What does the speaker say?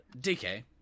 DK